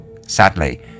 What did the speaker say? Sadly